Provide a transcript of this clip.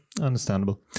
understandable